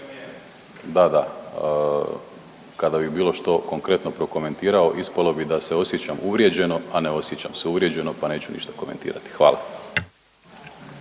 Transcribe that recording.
Da, da, kada bi bilo što konkretno prokomentirao ispalo bi da se osjećam uvrijeđeno, a ne osjećam se uvrijeđeno pa neću ništa komentirati. Hvala.